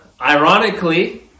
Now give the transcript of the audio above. ironically